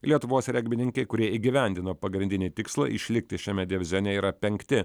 lietuvos regbininkai kurie įgyvendino pagrindinį tikslą išlikti šiame divizione yra penkti